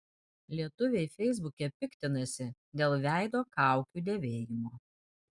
lietuviai feisbuke piktinasi dėl veido kaukių dėvėjimo